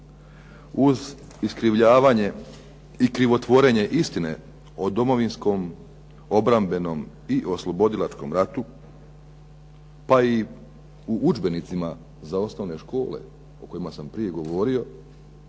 uz iskrivljavanje i krivotvorenje istine o Domovinskom obrambenom i oslobodilačkom ratu, pa i u udžbenicima za osnovne škole o kojima sam govorio,